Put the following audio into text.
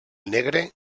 negre